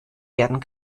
werden